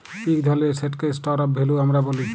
ইক ধরলের এসেটকে স্টর অফ ভ্যালু আমরা ব্যলি